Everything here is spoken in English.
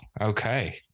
Okay